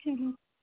چلو